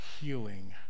healing